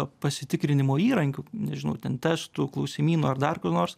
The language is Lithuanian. pasitikrinimo įrankių nežinau ten testų klausimynų ar dar ko nors